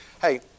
Hey